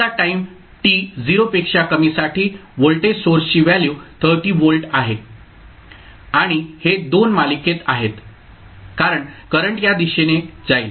आता time t 0 पेक्षा कमीसाठी व्होल्टेज सोर्सची व्हॅल्यू 30 व्होल्ट आहे आणि हे 2 मालिकेत आहेत कारण करंट या दिशेने जाईल